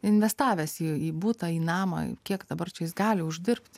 investavęs į į butą į namą kiek dabar čia jis gali uždirbti